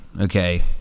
okay